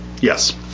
Yes